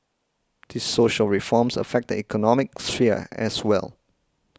these social reforms affect the economic sphere as well